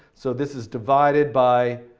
so this is divided by